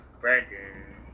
Brandon